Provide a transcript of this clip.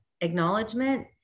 acknowledgement